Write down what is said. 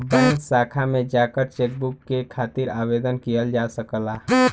bank शाखा में जाकर चेकबुक के खातिर आवेदन किहल जा सकला